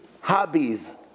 hobbies